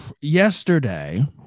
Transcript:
yesterday